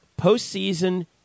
postseason